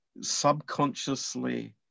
subconsciously